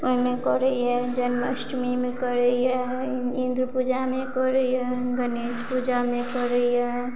ओहिमे करैया जन्माष्टमीमे करैया इन्दू पूजामे करैया गणेश पूजामे करैया